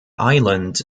island